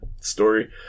story